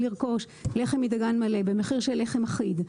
לרכוש לחם מדגן מלא במחיר של לחם אחיד,